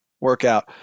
workout